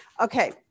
Okay